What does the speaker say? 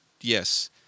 Yes